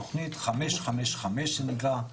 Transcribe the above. תכנית חמש חמש חמש זה נקרא.